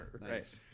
Nice